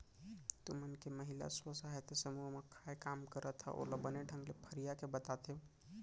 तुमन के महिला स्व सहायता समूह म काय काम करत हा ओला बने ढंग ले फरिया के बतातेव?